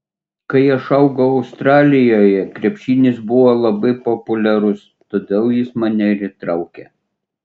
kai aš augau australijoje krepšinis buvo labai populiarus todėl jis mane ir įtraukė